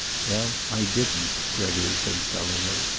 well, i didn't, gregory said sullenly.